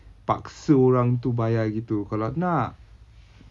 paksa orang tu bayar gitu kalau nak